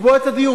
לקבוע את הדיון.